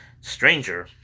stranger